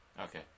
okay